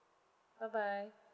bye bye